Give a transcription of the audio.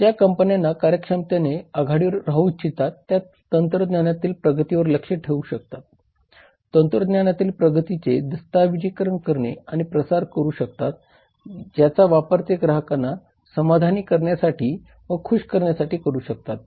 ज्या कंपन्या कार्यक्षमतेत आघाडीवर राहू इच्छितात ते तंत्रज्ञानातील प्रगतीवर लक्ष ठेऊ शकतात तंत्रज्ञानातील प्रगतीचे दस्तऐवजीकरण आणि प्रसार करू शकतात ज्याचा वापर ते ग्राहकांना समाधानी करण्यासाठी व खुश करण्यासाठी करू शकतात